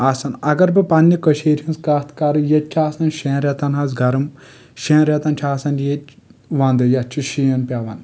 اگر بہٕ پننہِ کٔشیٖرِ ہِنٛز کتھ کرٕ ییٚتہِ چھ آسان شیٚن رٮ۪تن حظ گرم شیٚن رٮ۪تن چُھ آسان ییٚتہِ ونٛدٕ یتھ چُھ شیٖن پیٚوان